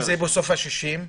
אם זה בסוף ה-60,